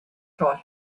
taught